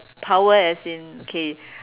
power as in okay